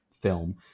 film